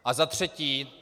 A za třetí.